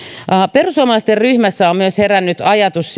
perussuomalaisten ryhmässä on myös herännyt ajatus